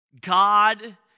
God